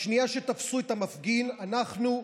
בשנייה שתפסו את המפגין אנחנו,